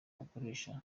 bakoresha